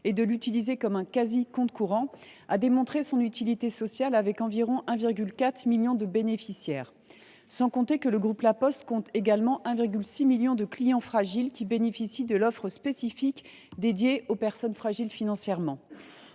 et de l’utiliser comme un quasi compte courant, a démontré son utilité sociale, puisque l’on compte aujourd’hui près de 1,4 million de bénéficiaires. Sans compter que le groupe La Poste compte également 1,6 million de clients fragiles qui bénéficient de l’offre spécifique dédiée aux personnes fragiles financièrement.